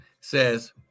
says